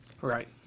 Right